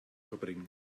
verbringen